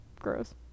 gross